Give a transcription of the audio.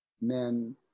men